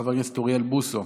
חברת הכנסת יוליה מלינובסקי,